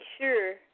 sure